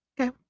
Okay